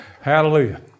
Hallelujah